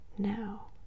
Now